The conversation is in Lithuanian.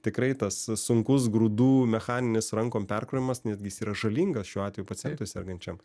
tikrai tas sunkus grūdų mechaninis rankom perkrovimas netgi jis yra žalingas šiuo atveju pacientui sergančiam